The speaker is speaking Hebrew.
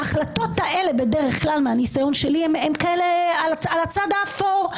ההחלטות האלה בדרך כלל מהניסיון שלי הן על הצד האפור,